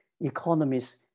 economists